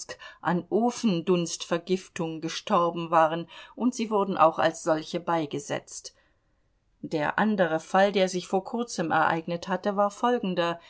an ofendunstvergiftung gestorben waren und sie wurden auch als solche beigesetzt der andere fall der sich vor kurzem ereignet hatte war folgender